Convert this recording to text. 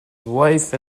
wife